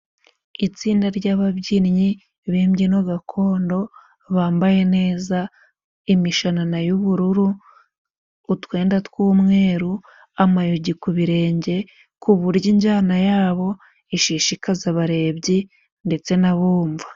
Itsinda ry'ababyinnyi b'imbyino gakondo, bambaye neza imishanana y'ubururu, utwenda tw'umweru, amayogi ku birenge, ku buryo injyana ya bo ishishikaza abarebyi ndetse n'abumva.